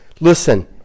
Listen